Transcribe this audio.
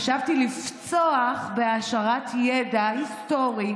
חשבתי לפצוח בהעשרת ידע היסטורי